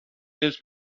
this